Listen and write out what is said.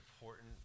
important